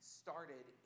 started